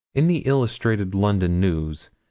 in the illustrated london news,